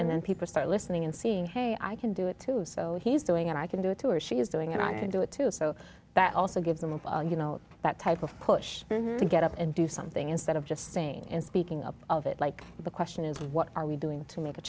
and then people start listening and seeing hey i can do it too so he's doing and i can do it too or she is doing and i can do it too so that also gives them you know that type of push to get up and do something instead of just saying and speaking of it like the question is what are we doing to make a